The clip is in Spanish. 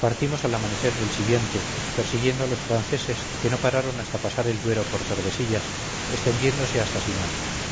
partimos al amanecer del siguiente persiguiendo a los franceses que no pararon hasta pasar el duero por tordesillas extendiéndose hasta simancas